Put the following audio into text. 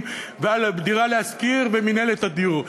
ועל הדירה להשכיר ומינהלת הדיור.